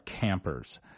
campers